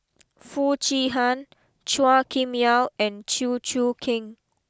Foo Chee Han Chua Kim Yeow and Chew Choo Keng